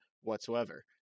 whatsoever